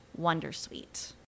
Wondersuite